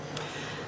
נתקבלה.